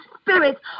spirits